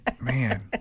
Man